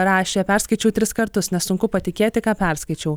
rašė perskaičiau tris kartus nes sunku patikėti ką perskaičiau